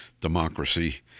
democracy